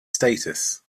status